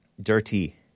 Dirty